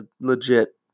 legit